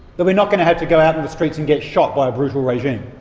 that we're not going to have to go out in the streets and get shot by a brutal regime.